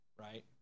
right